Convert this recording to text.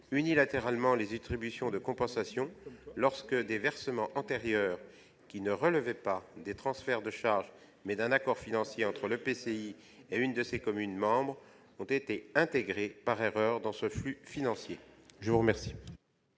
unilatéralement les attributions de compensation, lorsque des versements antérieurs qui relevaient non de transferts de charges, mais d'un accord financier entre l'EPCI et une de ses communes membres ont été intégrés par erreur dans ce flux financier. Quel